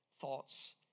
thoughts